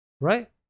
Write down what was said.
right